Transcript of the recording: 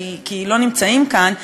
כי הם לא נמצאים כאן,